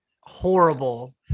horrible